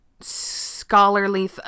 scholarly